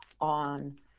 on